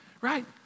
right